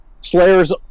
Slayer's